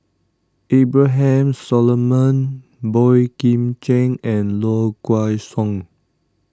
Abraham Solomon Boey Kim Cheng and Low Kway Song